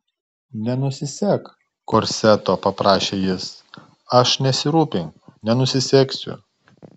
nenusisek korseto paprašė jis aš nesirūpink nenusisegsiu